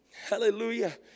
Hallelujah